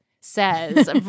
says